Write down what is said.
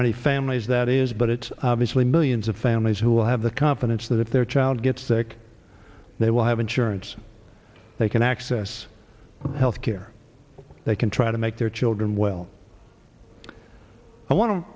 many families that is but it's obviously millions of families who will have the confidence that if their child gets sick they will have insurance they can access health care they can try to make their children well i want t